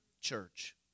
church